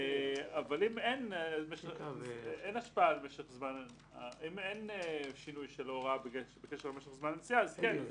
אבל אם אין שינוי של ההוראה בקשר לזמן הנסיעה אז כן.